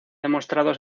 demostrado